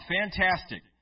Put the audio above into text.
fantastic